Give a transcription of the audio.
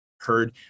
heard